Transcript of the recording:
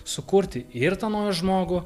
sukurti ir tą naują žmogų